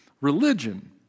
Religion